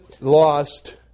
lost